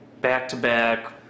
back-to-back